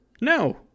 No